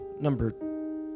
number